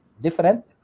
different